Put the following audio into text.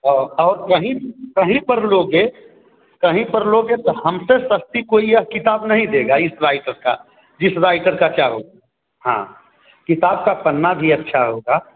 औ और वहीं कहीं पर लोगे कहीं पर लोगे तो हमसे सस्ती कोई यह किताब नहीं देगा इस राइटर का जिस राइटर का चाहोगे हाँ किताब का पन्ना भी अच्छा होगा